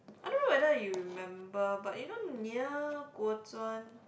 I don't know whether you remember but you know near Kuo Chuan